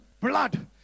blood